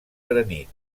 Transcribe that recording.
granit